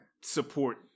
support